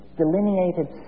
delineated